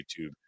YouTube